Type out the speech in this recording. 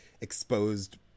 exposed